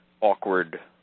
awkward